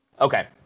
Okay